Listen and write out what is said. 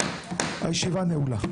הישיבה נעולה.